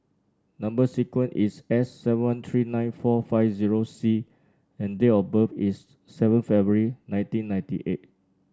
number sequence is S seven three nine four five zero C and date of birth is seven February nineteen ninety eight